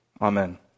Amen